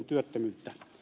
pulliaiselle